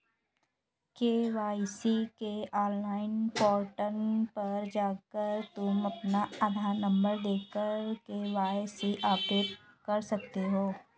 KYC के online portal पर जाकर तुम अपना आधार नंबर देकर के.वाय.सी अपडेट कर सकते हो